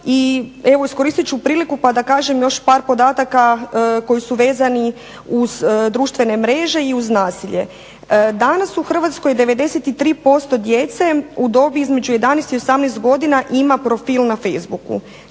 i iskoristi ću priliku pa da kažemo još par podataka koji su vezani uz društvene mreže i uz nasilje. Danas u Hrvatskoj 93% djece u dobi između 11 i 18 godina ima profil na Facebooku,